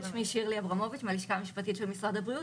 שמי שירלי אברמוביץ מהלשכה המשפטית של משרד הבריאות,